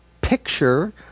picture